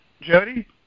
Jody